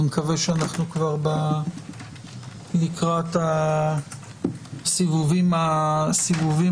אני מקווה שאנחנו כבר לקראת הסיבובים האחרונים.